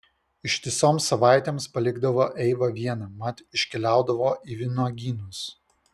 ištisoms savaitėms palikdavo eivą vieną mat iškeliaudavo į vynuogynus